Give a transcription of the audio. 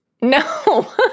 No